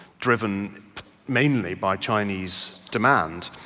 driven mainly by chinese demand,